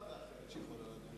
הנושא לוועדת הכלכלה